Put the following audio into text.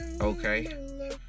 Okay